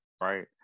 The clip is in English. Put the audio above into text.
right